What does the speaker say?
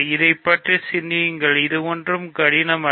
இதைப் பற்றி சிந்தியுங்கள் இது ஒன்றும் கடினம் அல்ல